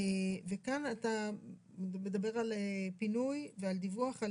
וכאן אתה מדבר על פינוי ועל דיווח.